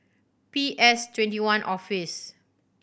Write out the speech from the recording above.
P S Twenty one Office